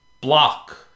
block